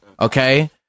Okay